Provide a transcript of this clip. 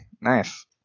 nice